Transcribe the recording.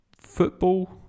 football